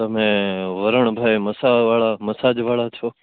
તમે વરણભાઈ મસાજ વાળા છો